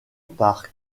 par